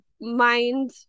mind